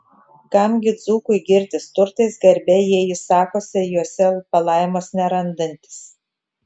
kam gi dzūkui girtis turtais garbe jei jis sakosi juose palaimos nerandantis